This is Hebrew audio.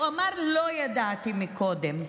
הוא אמר: לא ידעתי קודם.